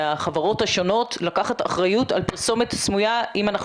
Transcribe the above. מהחברות השונות לקחת אחריות על פרסומת סמויה אם אנחנו